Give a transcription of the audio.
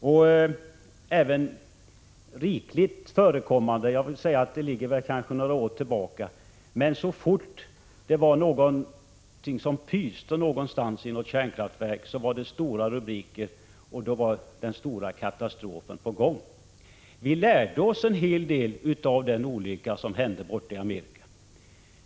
De har också förekommit rikligt — även om det kanske ligger några år tillbaka. Så fort det var något som pyste någonstans i något kärnkraftverk, blev det stora rubriker, ja, då var den stora katastrofen på gång. Vi lärde oss en hel del av den olycka som hände borta i Amerika.